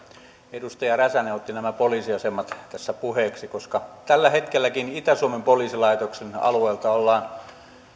edustaja räsänen otti nämä poliisiasemat tässä puheeksi koska tällä hetkelläkin itä suomen poliisilaitoksen alueelta ollaan